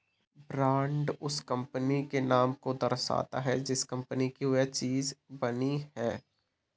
brand उस company के नाम को दर्शाता है जिस कंपनी की वह चीज बनी है